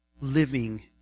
living